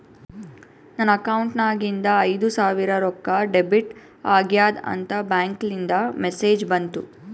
ನನ್ ಅಕೌಂಟ್ ನಾಗಿಂದು ಐಯ್ದ ಸಾವಿರ್ ರೊಕ್ಕಾ ಡೆಬಿಟ್ ಆಗ್ಯಾದ್ ಅಂತ್ ಬ್ಯಾಂಕ್ಲಿಂದ್ ಮೆಸೇಜ್ ಬಂತು